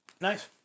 Nice